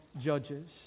Judges